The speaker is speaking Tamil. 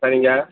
சரிங்க